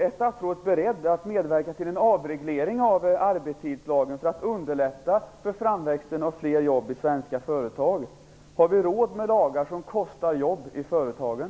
Är statsrådet beredd att medverka till en avreglering av arbetstidslagen för att underlätta framväxten av fler jobb i svenska företag? Har vi råd med lagar som kostar jobb i företagen?